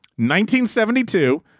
1972-